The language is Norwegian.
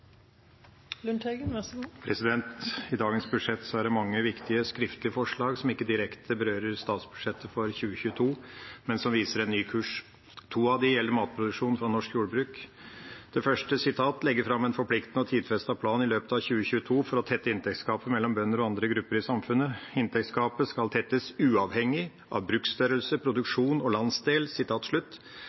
det mange viktige skriftlige forslag som ikke direkte berører statsbudsjettet for 2022, men som viser en ny kurs. To av dem gjelder matproduksjon fra norsk jordbruk. Det første er å «legge frem en forpliktende og tidfestet plan i løpet av 2022 for å tette inntektsgapet mellom bønder og andre grupper i samfunnet. Inntektsgapet skal tettes uavhengig av bruksstørrelse, produksjon og landsdel».